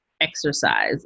exercise